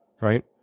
right